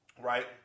Right